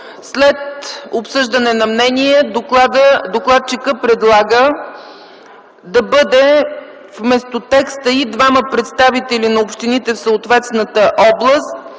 След обсъждане на мнения докладчикът предлага да бъде вместо текста „и двама представители на общините в съответната област”